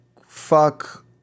Fuck